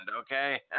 Okay